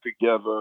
together